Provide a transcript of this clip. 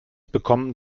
bekommen